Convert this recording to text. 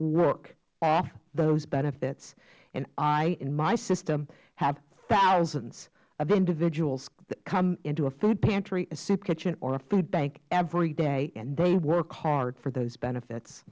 work off those benefits and in my system thousands of individuals come into a food pantry a soup kitchen or a food bank every day and they work hard for those benefits